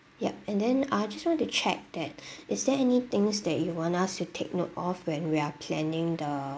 yup and then ah just want to check that is there any things that you want us to take note of when we are planning the